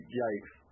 yikes